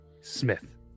Smith